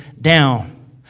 down